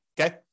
okay